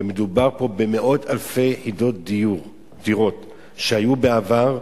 ומדובר פה במאות אלפי דירות שהיו בעבר,